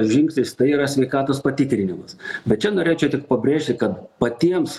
žingsnis tai yra sveikatos patikrinimas bet čia norėčiau tik pabrėžti kad patiems